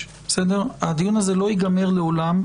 הדיון הזה לא ייגמר לעולם,